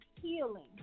healing